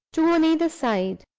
two on either side.